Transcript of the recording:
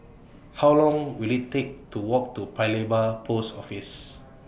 How Long Will IT Take to Walk to Paya Lebar Post Office